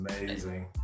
amazing